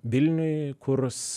vilniuj kurs